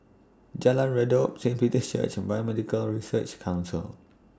Jalan Redop Saint Peter's Church Biomedical Research Council